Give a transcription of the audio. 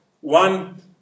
one